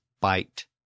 bite